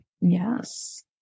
Yes